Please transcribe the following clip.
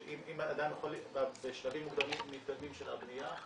שאם אדם בשלבים מתקדמים של הבנייה,